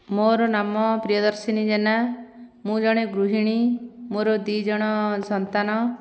ମୋର ନାମ ପ୍ରିୟଦର୍ଶିନୀ ଜେନା ମୁଁ ଜଣେ ଗୃହିଣୀ ମୋର ଦୁଇ ଜଣ ସନ୍ତାନ